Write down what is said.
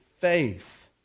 faith